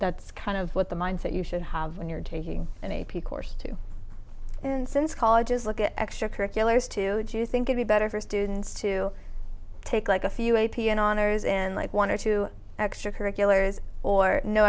that's kind of what the mindset you should have when you're taking an a p course too since colleges look at extracurriculars to do you think it be better for students to take like a few a p and honors and like one or two extracurriculars or no